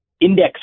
index